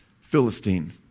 philistine